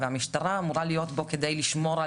והמשטרה אמורה להיות בו כדי לשמור עלינו,